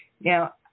Now